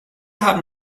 haben